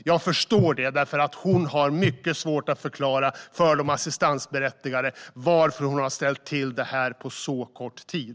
Jag förstår det, för hon har mycket svårt att förklara för de assistansberättigade varför hon har ställt till det här på så kort tid.